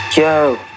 yo